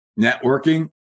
Networking